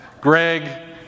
Greg